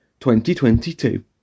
2022